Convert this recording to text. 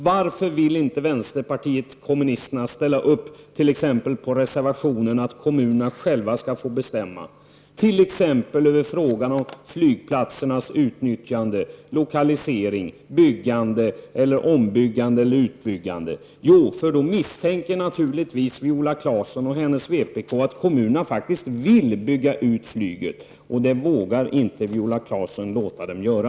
Varför vill inte vänsterpartiet kommunisterna ställa upp på reservationen om att kommunerna skall själva få bestämma i exempelvis frågan om flygplatsernas utnyttjande, lokalisering, byggande, ombyggande eller utbyggande? Jo, det beror nog på att Viola Claesson och hennes vpk misstänker att kommunerna faktiskt vill bygga ut flyget. Det vågar inte Viola Claesson låta dem göra.